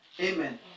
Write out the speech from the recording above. Amen